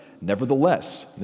Nevertheless